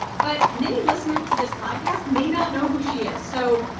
but many listeners to this podcast may not know who she is. so,